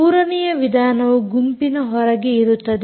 ಮೂರನೆಯ ವಿಧಾನವು ಗುಂಪಿನ ಹೊರಗೆ ಇರುತ್ತದೆ